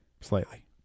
Slightly